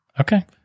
Okay